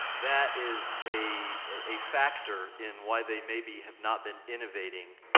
that is a, a factor in why they maybe have not been innovating,